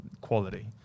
quality